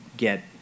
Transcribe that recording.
get